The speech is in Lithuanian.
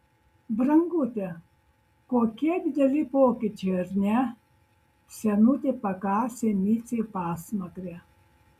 brangute kokie dideli pokyčiai ar ne senutė pakasė micei pasmakrę